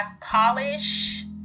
polish